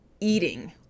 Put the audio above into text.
eating